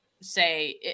say